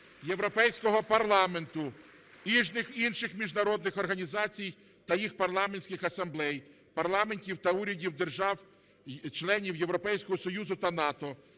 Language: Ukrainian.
Європейського парламенту і інших міжнародних організацій та їх парламентських асамблей, парламентів та урядів держав-членів Європейського Союзу та НАТО,